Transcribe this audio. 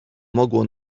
mogło